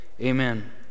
Amen